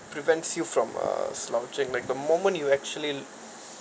prevents you from uh slouching like the moment you actually